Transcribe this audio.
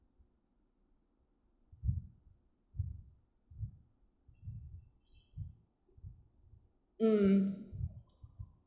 mm